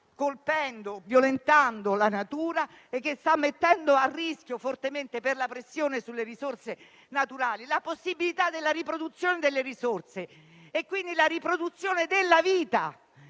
colpendo e violentando la natura e sta mettendo a rischio fortemente, per la pressione sulle risorse naturali, la possibilità della riproduzione delle risorse e, quindi, la riproduzione della vita.